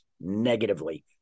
negatively